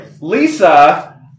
Lisa